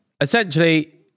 Essentially